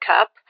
Cup